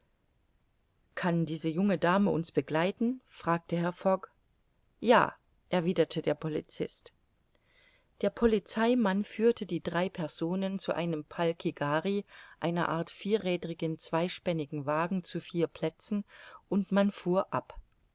kann diese junge dame uns begleiten fragte herr fogg ja erwiderte der polizist der polizeimann führte die drei personen zu einem palkighari einer art vierräderigen zweispännigen wagen zu vier plätzen und man fuhr ab